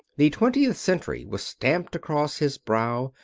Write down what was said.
the twentieth century was stamped across his brow,